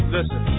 Listen